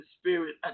spirit